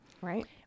Right